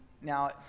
now